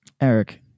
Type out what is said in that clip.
Eric